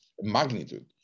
magnitude